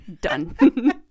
done